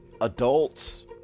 adults